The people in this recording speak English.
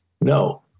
No